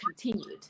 continued